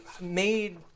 made